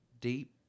deep